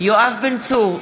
יואב בן צור,